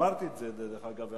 אמרתי את זה, דרך אגב.